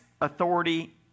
authority